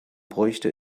bräuchte